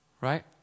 Right